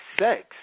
sex